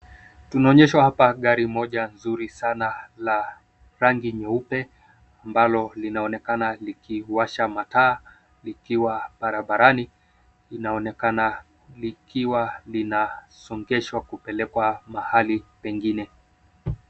Tunaonyeshwa hapa gari moja nzuri sana la rangi nyeupe, ambalo linaonekana likiwasha mataa, likiwa barabarani, linaonekana likiwa linasongeshwa kupelekwa mahali pengine.